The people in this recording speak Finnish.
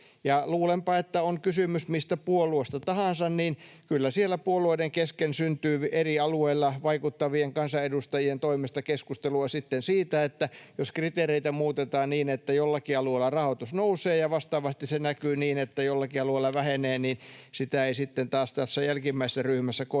luulenpa, että on kysymys mistä puolueesta tahansa, niin kyllä siellä puolueiden kesken syntyy eri alueilla vaikuttavien kansanedustajien toimesta keskustelua sitten siitä, että jos kriteereitä muutetaan niin, että jollakin alueella rahoitus nousee ja vastaavasti se näkyy niin, että jollakin alueella se vähenee, niin sitä ei sitten taas tässä jälkimmäisessä ryhmässä koeta